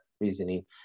reasoning